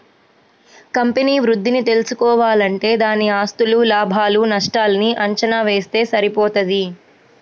company వృద్ధిని తెల్సుకోవాలంటే దాని ఆస్తులు, లాభాలు నష్టాల్ని అంచనా వేస్తె సరిపోతది